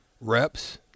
reps